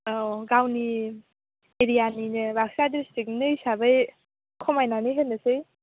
औ गावनि एरियानिनो बाकसा डिस्ट्रिक्टनि हिसाबै खमायनानै होनोसै